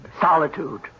Solitude